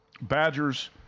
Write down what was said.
Badgers